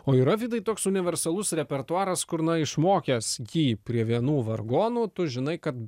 o yra vidai toks universalus repertuaras kur išmokęs jį prie vienų vargonų tu žinai kad